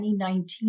2019